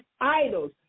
idols